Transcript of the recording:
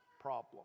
problem